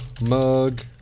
mug